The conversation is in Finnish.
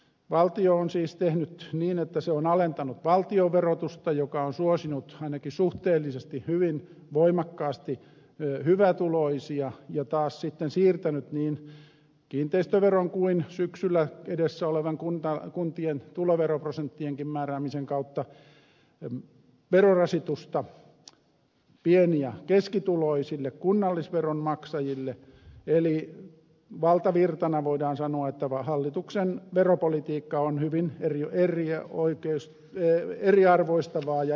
valtio on siis tehnyt niin että se on alentanut valtionverotusta mikä on suosinut ainakin suhteellisesti hyvin voimakkaasti hyvätuloisia ja taas sitten siirtänyt niin kiinteistöveron kuin syksyllä edessä olevan kuntien tuloveroprosenttienkin määräämisen kautta verorasitusta pieni ja keskituloisille kunnallisveron maksajille eli voidaan sanoa että valtavirtana hallituksen veropolitiikka on hyvin eriarvoistavaa ja epäoikeudenmukaista